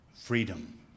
freedom